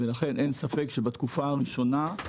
ולכן אין ספק שבתקופה הראשונה,